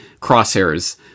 crosshairs